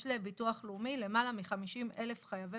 יש לביטוח לאומי למעלה מ-50,000 חייבי